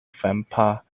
vampire